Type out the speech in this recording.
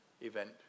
event